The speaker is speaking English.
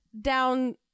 down